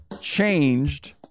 changed